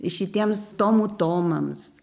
šitiems tomų tomams